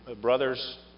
brother's